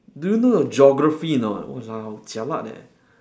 do you know your geography or not !walao! jialat leh